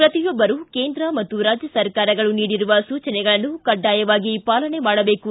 ಪ್ರತಿಯೊಬ್ಬರು ಕೇಂದ್ರ ಮತ್ತು ರಾಜ್ಯ ಸರ್ಕಾರಗಳು ನೀಡಿರುವ ಸೂಚನೆಗಳನ್ನು ಕಡ್ಗಾಯವಾಗಿ ಪಾಲನೆ ಮಾಡಬೇಕು